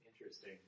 Interesting